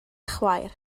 chwaer